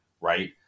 right